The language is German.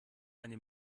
eine